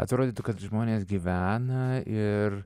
atrodytų kad žmonės gyvena ir